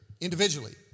individually